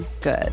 good